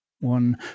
one